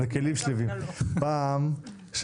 "טיפול" לרבות קבלת החלטה,